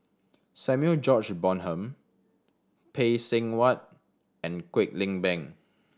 Samuel George Bonham Phay Seng Whatt and Kwek Leng Beng